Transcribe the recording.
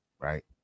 right